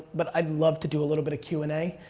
but i'd love to do a little bit of q and a.